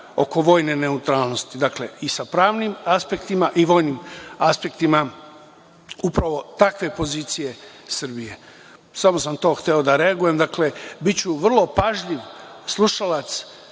oko vojne neutralnosti, dakle i sa pravnim aspektima i vojnim aspektima upravo takve pozicije Srbije. Samo sam to hteo da reagujem. Dakle, biću vrlo pažljiv slušalac